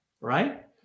right